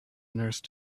nurse